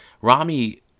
Rami